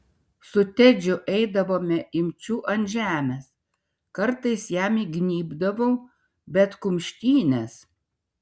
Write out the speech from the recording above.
su tedžiu eidavome imčių ant žemės kartais jam įgnybdavau bet kumštynės